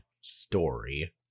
story